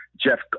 Jeff